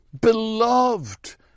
beloved